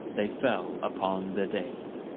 they fell upon the dane.